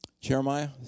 Jeremiah